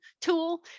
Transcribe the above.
tool